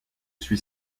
suis